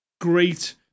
great